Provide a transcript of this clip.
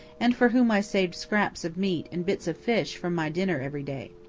and for whom i saved scraps of meat and bits of fish from my dinner every day.